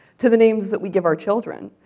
to the names that we give our children,